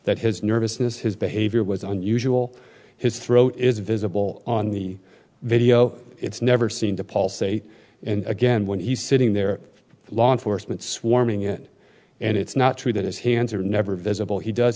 that his nervousness his behavior was unusual his throat is visible on the video it's never seemed to pulsate and again when he's sitting there law enforcement swarming in and it's not true that his hands are never visible he does